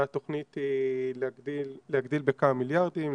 והתוכנית היא להגדיל בכמה מיליארדים,